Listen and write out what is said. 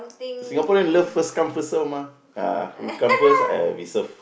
Singaporean love first come first serve mah you come first we serve